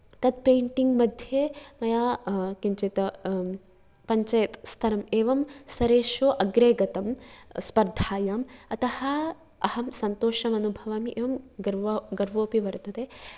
तत् पेण्टिङ्ग् मध्ये मया किञ्चित् पञ्चेत् स्थरम् एवं स्तरेषु अग्रे गतम् स्पर्धायाम् अतः अहं सन्तोषम् अनुभवामि एवं गर्व गर्वोऽपि वर्तते